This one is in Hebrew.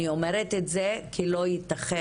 אני אומרת את זה כי לא יתכן,